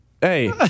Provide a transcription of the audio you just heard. Hey